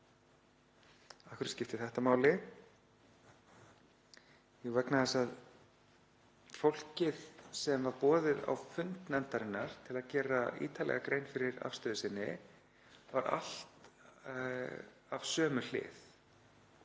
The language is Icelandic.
Af hverju skiptir þetta máli? Jú, vegna þess að fólkið sem var boðið á fund nefndarinnar til að gera ítarlega grein fyrir afstöðu sinni var allt af sömu hlið.